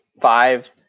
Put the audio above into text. five